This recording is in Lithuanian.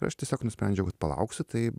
ir aš tiesiog nusprendžiau kad palauksiu tai